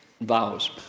vows